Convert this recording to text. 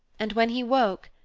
and when he woke,